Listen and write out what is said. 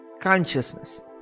consciousness